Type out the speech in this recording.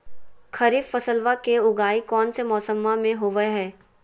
खरीफ फसलवा के उगाई कौन से मौसमा मे होवय है?